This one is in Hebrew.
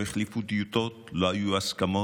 לא החליפו טיוטות, לא היו הסכמות,